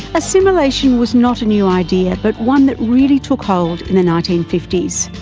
assimilation was not a new idea but one that really took hold in the nineteen fifty s.